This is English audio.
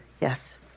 Yes